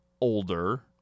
older